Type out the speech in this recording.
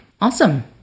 Awesome